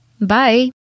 Bye